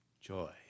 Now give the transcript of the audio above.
joy